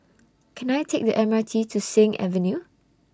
Can I Take The M R T to Sing Avenue